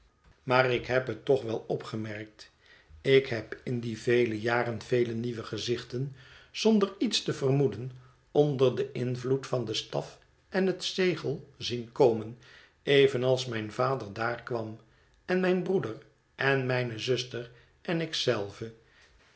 maar ik heb het toch wel opgemerkt ik heb in die vele jaren vele nieuwe gezichten zonder iets te vermoeden onder den invloed van den staf en het zegel zien komen evenals mijn vader daar kwam en mijn broeder en mijne zuster en ik